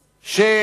טרוריסטים,